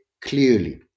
clearly